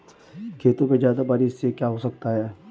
खेतों पे ज्यादा बारिश से क्या हो सकता है?